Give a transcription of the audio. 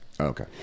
Okay